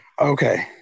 Okay